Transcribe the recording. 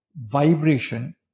vibration